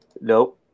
Nope